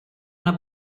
una